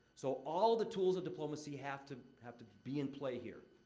so, all the tools of diplomacy have to have to be in play here.